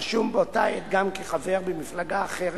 רשום באותה עת גם כחבר במפלגה אחרת,